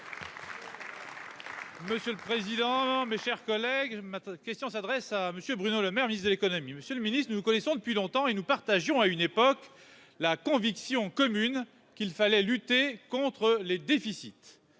Monsieur le président, mes chers collègues, ma question s'adresse à monsieur Bruno Lemaire viser l'économie Monsieur le Ministre, nous nous connaissons depuis longtemps et nous partagions à une époque, la conviction commune qu'il fallait lutter contre les déficits,